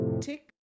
tick